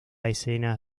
escenas